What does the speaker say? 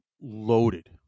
loaded